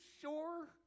sure